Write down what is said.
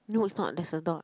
no it's not there's a dot